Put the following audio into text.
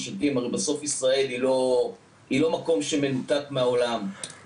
הרי בסוף ישראל לא מנותקת מהעולם,